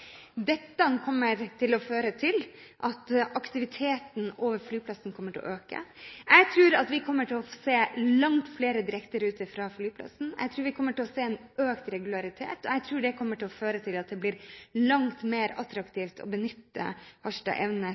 Dette kommer til å føre til at aktiviteten over flyplassen vil øke. Jeg tror vi kommer til å se langt flere direkteruter fra flyplassen, jeg tror vi kommer til å se en økt regularitet, og jeg tror det kommer til å føre til at det blir langt mer attraktivt enn i dag å benytte